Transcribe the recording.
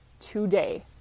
today